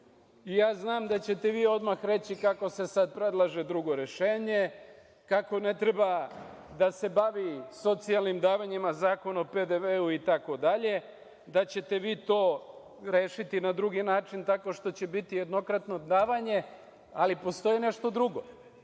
Ja znam da ćete vi odmah reći kako se sad predlaže drugo rešenje, kako ne treba da se bavi socijalnim davanjima Zakon o PDV-u i tako dalje, da ćete vi to rešiti na drugi način tako što će biti jednokratno davanje. Ali, postoji nešto drugo,